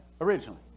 Originally